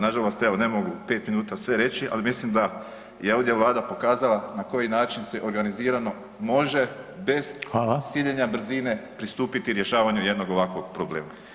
Nažalost evo ne mogu u 5 minuta sve reći, ali mislim da je ovdje Vlada pokazala na koji način se organizirano može bez siljenja brzine pristupiti rješavanju jednog ovakvog problema.